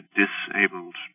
disabled